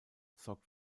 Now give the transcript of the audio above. sorgt